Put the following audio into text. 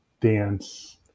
dance